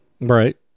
Right